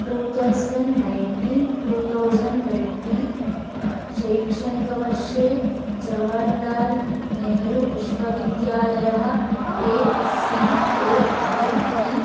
two thousand nineteen two thousand twenty शैक्षणिकवर्षे जवाहर्लाल् नेहरू विश्वविद्यालयः A C A D E